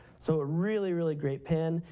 so really, really great pen,